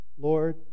Lord